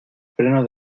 freno